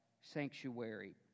sanctuary